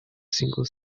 single